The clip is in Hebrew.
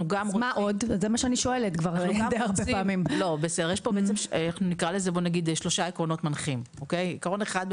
יש פה שלושה עקרונות מנחים: עקרון אחד,